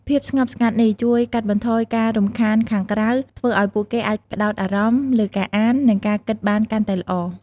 ភាពស្ងប់ស្ងាត់នេះជួយកាត់បន្ថយការរំខានខាងក្រៅ ធ្វើឲ្យពួកគេអាច ផ្តោតអារម្មណ៍ លើការអាន និងការគិតបានកាន់តែល្អ។